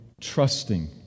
trusting